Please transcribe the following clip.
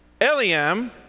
Eliam